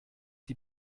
die